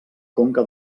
conca